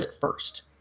first